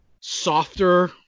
softer